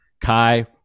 Kai